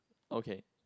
okay